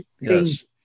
yes